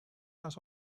had